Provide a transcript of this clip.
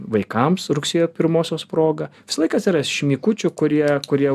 vaikams rugsėjo pirmosios proga visą laiką atsiras šnekučių kurie kurie